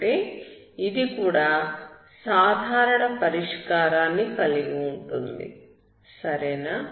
అంటే ఇది కూడా సాధారణ పరిష్కారాన్ని కలిగి ఉంటుంది సరేనా